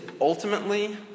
ultimately